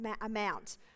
amount